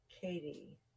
Katie